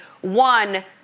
one